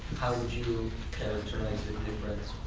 how would you characterize the difference